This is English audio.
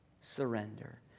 surrender